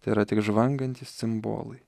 tėra tik žvangantys cimbolai